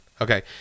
Okay